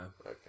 Okay